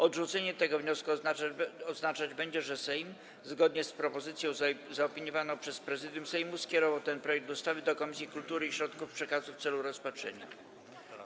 Odrzucenie tego wniosku oznaczać będzie, że Sejm, zgodnie z propozycją zaopiniowaną przez Prezydium Sejmu, skierował ten projekt ustawy do Komisji Kultury i Środków Przekazu w celu rozpatrzenia.